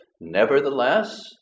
Nevertheless